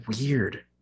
weird